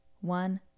one